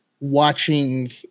watching